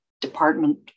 department